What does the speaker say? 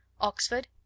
Oxford